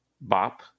bop